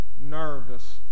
nervous